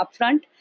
upfront